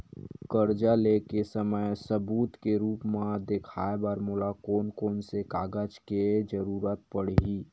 कर्जा ले के समय सबूत के रूप मा देखाय बर मोला कोन कोन से कागज के जरुरत पड़ही?